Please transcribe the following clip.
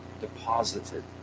Deposited